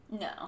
No